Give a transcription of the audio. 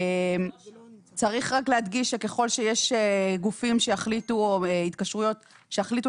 צריך להדגיש שככל שיש גופים או התקשרויות שיחליטו